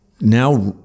now